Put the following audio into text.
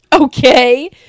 Okay